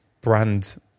brand